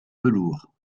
velours